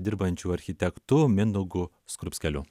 dirbančiu architektu mindaugu skrupskeliu